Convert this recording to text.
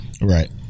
Right